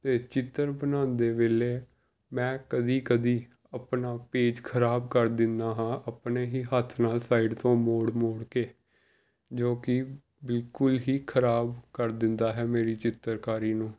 ਅਤੇ ਚਿੱਤਰ ਬਣਾਉਂਦੇ ਵੇਲੇ ਮੈਂ ਕਦੀ ਕਦੀ ਆਪਣਾ ਪੇਜ ਖਰਾਬ ਕਰ ਦਿੰਦਾ ਹਾਂ ਆਪਣੇ ਹੀ ਹੱਥ ਨਾਲ ਸਾਈਡ ਤੋਂ ਮੋੜ ਮੋੜ ਕੇ ਜੋ ਕਿ ਬਿਲਕੁੱਲ ਹੀ ਖਰਾਬ ਕਰ ਦਿੰਦਾ ਹੈ ਮੇਰੀ ਚਿੱਤਰਕਾਰੀ ਨੂੰ